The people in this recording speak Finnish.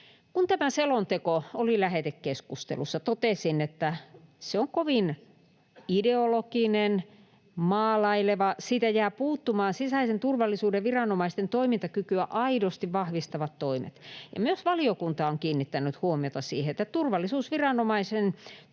Kun tämä selonteko oli lähetekeskustelussa, totesin, että se on kovin ideologinen, maalaileva. Siitä jäävät puuttumaan sisäisen turvallisuuden viranomaisten toimintakykyä aidosti vahvistavat toimet. Myös valiokunta on kiinnittänyt huomiota siihen, että turvallisuusviranomaisen työn ytimessä